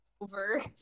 over